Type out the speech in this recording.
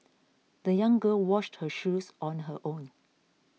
the young girl washed her shoes on her own